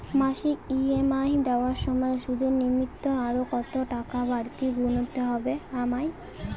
মাসিক ই.এম.আই দেওয়ার সময়ে সুদের নিমিত্ত আরো কতটাকা বাড়তি গুণতে হবে আমায়?